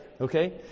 Okay